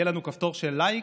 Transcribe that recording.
יהיה לנו כפתור של לייק,